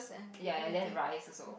ya and then rice also